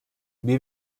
wie